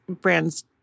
brands